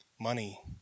money